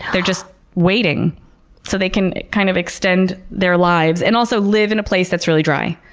they're just waiting so they can kind of extend their lives and also live in a place that's really dry.